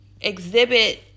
exhibit